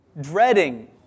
dreading